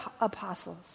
apostles